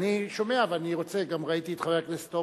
אני שומע וגם ראיתי את חבר הכנסת הורוביץ,